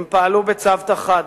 הם פעלו בצוותא-חדא,